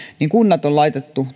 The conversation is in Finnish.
niin kunnat on laitettu